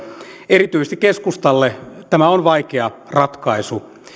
erityisesti keskustalle tämä on vaikea ratkaisu